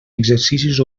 exercicis